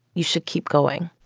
you should keep going.